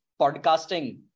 podcasting